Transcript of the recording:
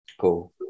Cool